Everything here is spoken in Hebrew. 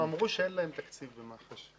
אמרו שאין להם תקציב במח"ש.